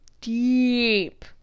deep